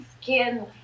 skin